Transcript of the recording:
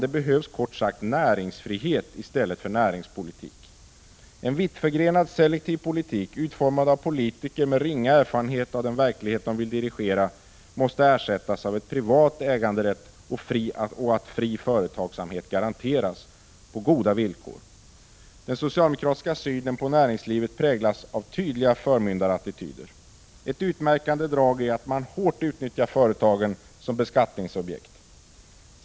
Det behövs kort sagt näringsfrihet i stället för näringspolitik. En vittförgrenad selektiv politik, utformad av politiker med ringa erfarenhet av den verklighet de vill dirigera, måste ersättas av privat äganderätt och en fri företagsamhet som garanteras på goda villkor. Den socialdemokratiska synen på näringslivet präglas av tydliga förmyndarattityder. Ett utmärkande drag är att företagen hårt utnyttjas som beskattningsobjekt.